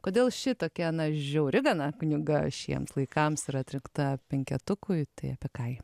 kodėl ši tokia žiauri gana knyga šiems laikams yra atrinkta penketukui tai apie ką ji